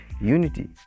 Unity